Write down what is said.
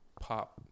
Pop